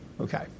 Okay